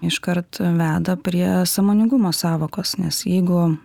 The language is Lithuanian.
iškart veda prie sąmoningumo sąvokos nes jeigu